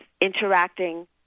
interacting